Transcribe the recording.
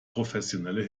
professionelle